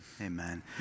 Amen